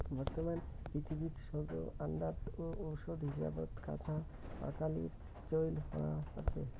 বর্তমান পৃথিবীত সৌগ আন্দাত ও ওষুধ হিসাবত কাঁচা আকালির চইল হয়া আছে